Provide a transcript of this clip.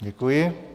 Děkuji.